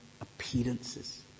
appearances